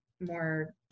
more